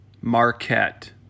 Marquette